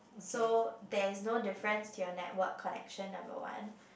so there is no difference to your network connection number one